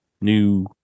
new